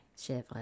Chevrolet